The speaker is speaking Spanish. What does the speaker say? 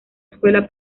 escuela